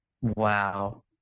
Wow